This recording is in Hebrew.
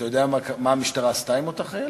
אתה יודע מה המשטרה עשתה עם אותה חיילת?